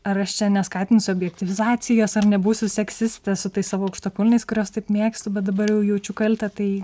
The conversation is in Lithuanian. ar aš čia neskatinsiu objektyvizacijos ar nebūsiu seksistė su tais savo aukštakulniais kuriuos taip mėgstu bet dabar jau jaučiu kaltę tai